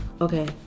Okay